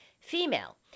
female